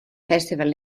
festival